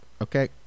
Okay